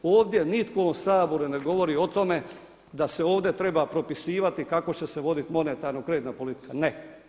Ovdje nitko u ovom Saboru ne govori o tome da se ovdje treba propisivati kako će se voditi monetarno kreditna politika, ne.